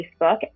Facebook